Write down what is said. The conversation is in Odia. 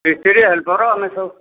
ମିସ୍ତ୍ରୀ ହେଲ୍ପର ଆମେ ସବୁ